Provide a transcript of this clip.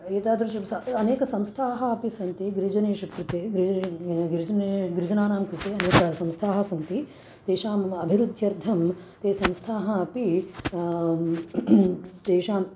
एतादृश स अनेक संस्थाः अपि सन्ति गिरिजनेषु कृते गिरिजने गिरिजने गिरिजनानां कृते अनेक संस्थाः सन्ति तेषां अभिवृद्ध्यर्थं ते संस्थाः अपि तेषां